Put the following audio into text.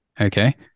Okay